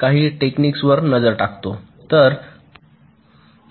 काही इतर टेक्निकवर नजर टाकतो